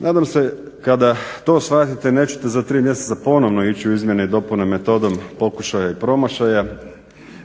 Nadam se kada to shvatite nećete za tri mjeseca ponovno ići u izmjene i dopune metodom pokušaja i promašaja